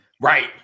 right